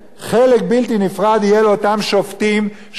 חלק בלתי נפרד יהיה לאותם שופטים שנטלו